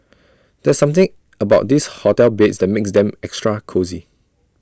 there's something about this hotel beds that makes them extra cosy